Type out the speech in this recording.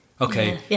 Okay